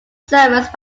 service